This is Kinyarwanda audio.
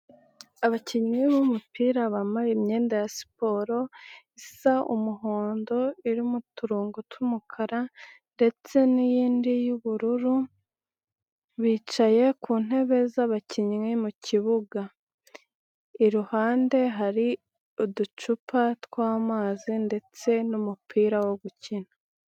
Abakinnyi b'umupira bambaye imyenda ya siporo isa umuhondo irimo uturongo tw'umukara ndetse n'iyindi y'ubururu bicaye ku ntebe z'abakinnyi mu kibuga iruhande hari uducupa twa'amazi ndetse n'umupira wo gukina.